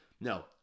No